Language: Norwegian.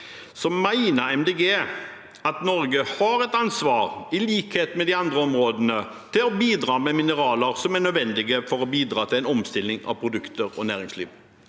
De Grønne at Norge har et ansvar i likhet med de andre områdene til å bidra med mineraler som er nødvendige for en omstilling av produkter og næringsliv?